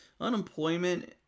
unemployment